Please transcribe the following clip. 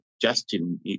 Justin